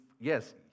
yes